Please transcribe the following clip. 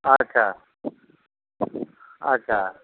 अच्छा अच्छा